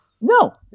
no